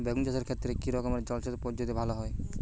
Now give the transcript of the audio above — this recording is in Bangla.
বেগুন চাষের ক্ষেত্রে কি রকমের জলসেচ পদ্ধতি ভালো হয়?